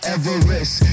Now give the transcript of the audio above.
Everest